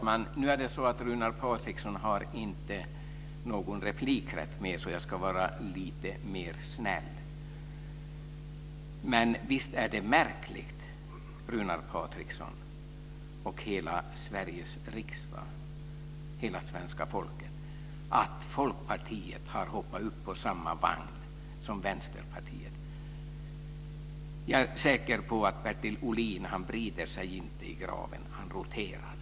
Fru talman! Nu har inte Runar Patriksson någon mer replikrätt, så jag ska vara lite snällare. Men visst är det märkligt, Runar Patriksson, hela Sveriges riksdag och hela svenska folket, att Folkpartiet har hoppat upp på samma vagn som Vänsterpartiet. Jag är säker på att Bertil Ohlin inte vrider sig i graven - han roterar.